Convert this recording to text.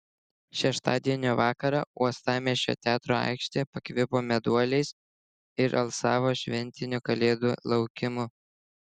šeštadienio vakarą uostamiesčio teatro aikštė pakvipo meduoliais ir alsavo šventiniu kalėdų laukimu